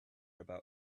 about